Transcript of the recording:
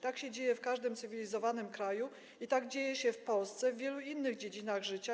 Tak się dzieje w każdym cywilizowanym kraju i tak dzieje się w Polsce w wielu innych dziedzinach życia.